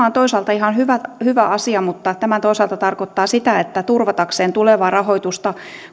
on toisaalta ihan hyvä asia mutta tämä toisaalta tarkoittaa sitä että turvatakseen tulevaa rahoitusta